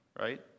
right